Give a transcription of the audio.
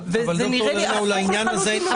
זה נראה לי הפוך לחלוטין למה שפה רוצים להשיג.